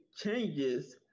changes